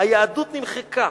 היהדות נמחקה,